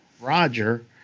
Roger